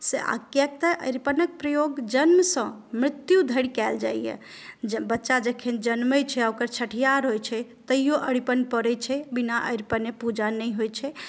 से कियाक तऽअरिपनक प्रयोग जन्मसँ मृत्यु धरि कयल जाइया बच्चा जखन जनमै छै आ ओकर जखन छठिहार होइ छै तैयो अरिपन पड़ै छै बिना अरिपने पुजा नहि होइ छै